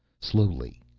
slowly,